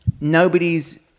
nobody's